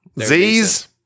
Z's